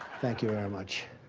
thank you very much.